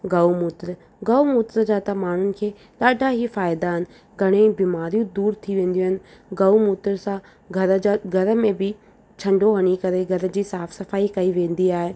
गऊ मूत्र गऊ मूत्र जा त माण्हुनि खे ॾाढा ई फ़ाइदा आहिनि व घणेई बीमारियूं दूरि थी वेंदियूं आहिनि गऊ मूत्र सां घर जा घर में बि छंडो हणी करे घर ई साफ़ु सफाई कई वेंदी आहे